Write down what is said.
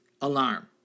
alarm